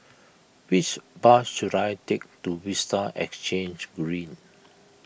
which bus should I take to Vista Exhange Green